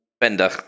Bender